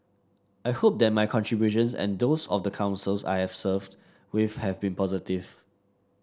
I hope that my contributions and those of the Councils I have served with have been positive